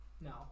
No